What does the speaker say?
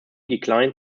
declined